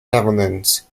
netherlands